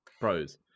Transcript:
Pros